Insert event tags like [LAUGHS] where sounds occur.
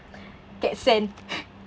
[BREATH] cat sand [LAUGHS]